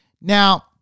Now